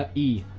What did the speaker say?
ah e.